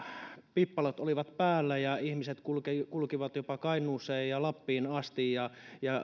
pippalot olivat päällä ja ihmiset kulkivat kulkivat jopa kainuuseen ja lappiin asti ja